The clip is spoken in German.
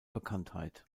bekanntheit